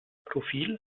profil